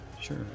sure